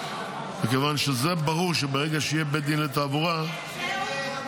מכיוון שזה ברור שברגע שיהיה בית דין לתעבורה -- זהו?